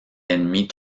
ennemie